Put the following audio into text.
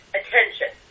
attention